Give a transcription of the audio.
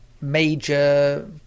major